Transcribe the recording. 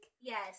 Yes